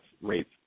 rates